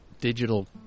digital